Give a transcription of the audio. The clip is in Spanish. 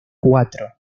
cuatro